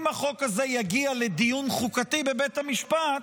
אם החוק הזה יגיע לדיון חוקתי בבית המשפט,